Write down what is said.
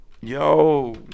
Yo